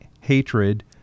hatred